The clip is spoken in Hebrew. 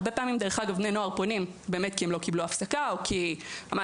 הרבה פעמים בני נוער פונים כי הם לא קיבלו הפסקה או כי המעסיק